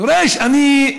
דורש אני,